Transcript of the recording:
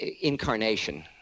incarnation